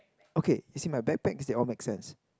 okay you see my backpack means they all makes sense